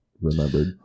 remembered